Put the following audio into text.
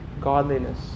godliness